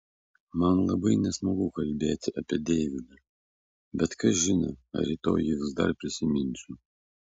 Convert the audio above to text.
man labai nesmagu kalbėti apie deividą bet kas žino ar rytoj jį vis dar prisiminsiu